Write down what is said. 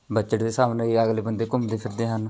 budget ਦੇ ਹਿਸਾਬ ਨਾਲ ਅਗਲੇ ਬੰਦੇ ਘੁੰਮਦੇ ਫਿਰਦੇ ਹਨ